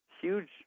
huge